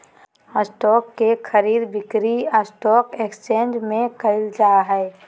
stock के खरीद बिक्री स्टॉक एकसचेंज में क़इल जा हइ